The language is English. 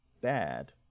bad